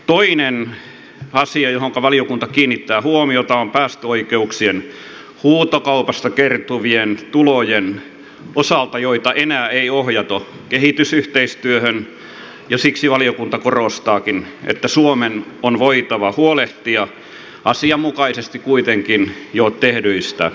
toinen asia johonka valiokunta kiinnittää huomiota on päästöoikeuksien huutokaupasta kertyvät tulot joita enää ei ohjata kehitysyhteistyöhön ja siksi valiokunta korostaakin että suomen on kuitenkin voitava huolehtia asianmukaisesti jo tehdyistä ratkaisuista